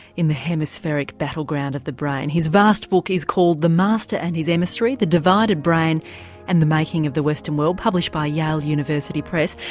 in the hemispheric battleground of the brain. his vast book is called the master and his emissary the divided brain and the making of the western world published by yale university press.